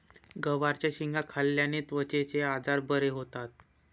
गवारच्या शेंगा खाल्ल्याने त्वचेचे आजार बरे होतात